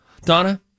Donna